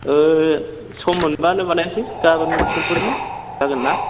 ओ सम मोनबानो बानायनोसै गाबोन समफोरनो जागोनना